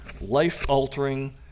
life-altering